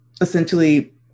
essentially